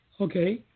Okay